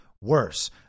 worse